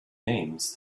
names